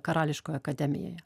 karališkoje akademijoje